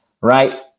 right